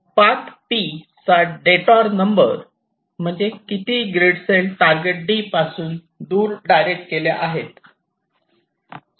path 'P' चा detour number म्हणजे किती ग्रीड सेल टारगेट D पासून दूर डायरेक्ट केल्या गेल्या